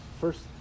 first